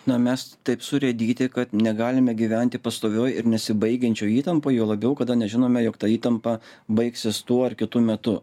na mes taip surėdyti kad negalime gyventi pastovioj ir nesibaigiančioj įtampoj juo labiau kada nežinome jog ta įtampa baigsis tuo ar kitu metu